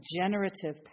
generative